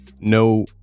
no